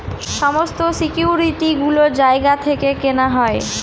সমস্ত সিকিউরিটি গুলো জায়গা থেকে কেনা হয়